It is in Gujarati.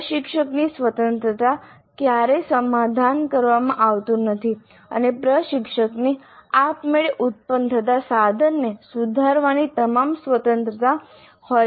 પ્રશિક્ષકની સ્વતંત્રતા સાથે ક્યારેય સમાધાન કરવામાં આવતું નથી અને પ્રશિક્ષકને આપમેળે ઉત્પન્ન થતા સાધનને સુધારવાની તમામ સ્વતંત્રતા હોય છે